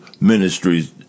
ministries